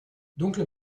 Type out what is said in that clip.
dunkle